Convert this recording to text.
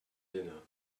dinner